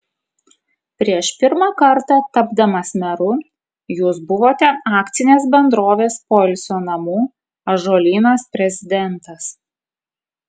prieš pirmą kartą tapdamas meru jūs buvote akcinės bendrovės poilsio namų ąžuolynas prezidentas